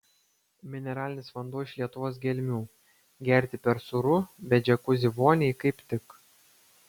mineralinis vanduo iš lietuvos gelmių gerti per sūru bet džiakuzi voniai kaip tik